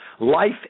Life